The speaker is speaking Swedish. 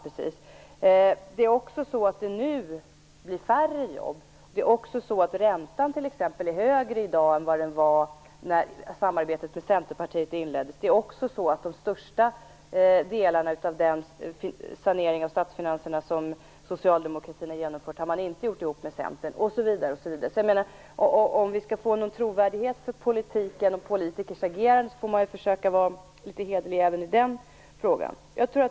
Nu blir det färre jobb. Räntan är högre i dag än vad den var när samarbetet med Centern inleddes. Det är också så att de största delarna av saneringen av statsfinanserna har man inte gjort ihop med Centern. Om vi skall få någon trovärdighet för politiken och politikers agerande får man försöka vara hederlig även in den frågan.